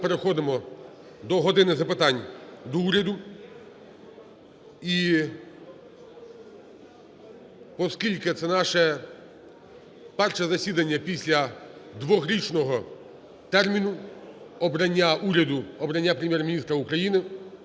ми переходимо до "години запитань до Уряду". І оскільки це наше перше засідання після дворічного терміну обрання уряду, обрання Прем'єр-міністра України,